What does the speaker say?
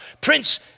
Prince